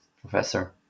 professor